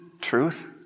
truth